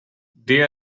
they